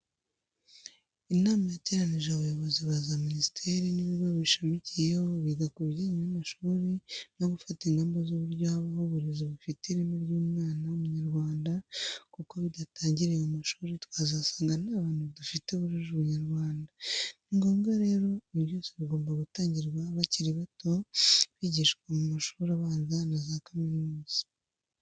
Inama yateranije abayobozi ba za minisiteri n'ibigo bishamikiyeho biga kubijyanye n'amashuri no gufata ingamba z'uburyo habaho uburezi bufite ireme ry'umwana w'Umunyarwanda kuko bidatangiriye mu mashuri twazasanga nta bantu dufite bujuje Ubunyarwanda. Ningombwa rero, ibi byose bigomba gutangirwa bakiri bato byigishwa mu mashuri abanza na za kaminuza.